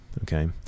Okay